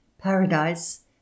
paradise